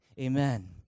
Amen